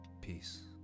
Peace